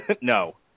No